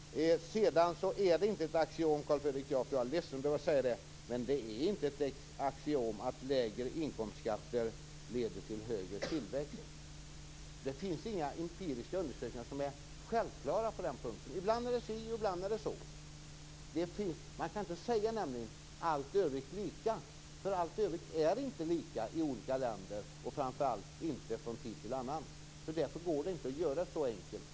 Sedan är det inte ett axiom - jag är ledsen att behöva säga det, Carl Fredrik Graf - att lägre inkomstskatter leder till högre tillväxt. Det finns inga empiriska undersökningar som är självklara på den punkten. Ibland är det si och ibland är det så. Man kan nämligen inte säga att allt övrigt är lika, för allt övrigt är inte lika i olika länder och framför allt inte från tid till annan. Därför går det inte att göra det så enkelt.